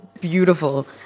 beautiful